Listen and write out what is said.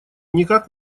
никак